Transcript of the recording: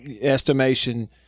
estimation